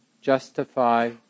justify